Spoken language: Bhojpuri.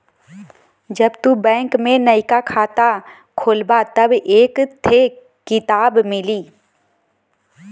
जब तू बैंक में नइका खाता खोलबा तब एक थे किताब मिली